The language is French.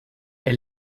est